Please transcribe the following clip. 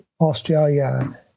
Australia